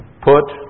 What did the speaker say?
Put